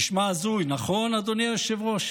נשמע הזוי, נכון, אדוני היושב-ראש?